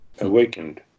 awakened